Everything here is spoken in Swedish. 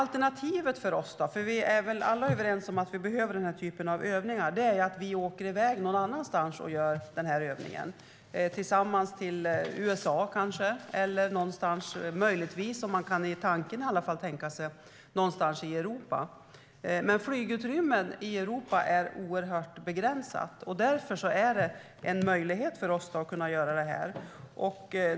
Alternativet för oss - för vi är väl alla överens om att vi behöver den här typen av övningar - är ju att vi åker iväg någon annanstans och gör övningen. Vi kanske åker tillsammans till USA, eller möjligtvis kan man åtminstone leka med tanken att åka någonstans i Europa. Flygutrymmet i Europa är dock oerhört begränsat, och därför är det en möjlighet för oss att göra övningen här.